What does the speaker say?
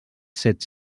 set